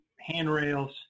handrails